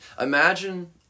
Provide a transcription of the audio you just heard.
Imagine